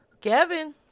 Kevin